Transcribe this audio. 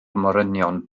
morynion